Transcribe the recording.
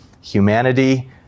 humanity